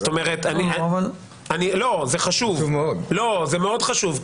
זה מאוד חשוב.